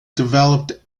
developed